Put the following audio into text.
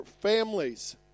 families